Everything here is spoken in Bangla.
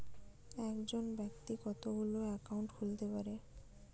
একজন ব্যাক্তি কতগুলো অ্যাকাউন্ট খুলতে পারে?